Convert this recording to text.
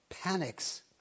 panics